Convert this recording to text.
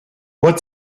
what